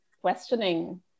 questioning